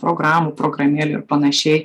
programų programėlių ir panašiai